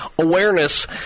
awareness